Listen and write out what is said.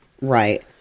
right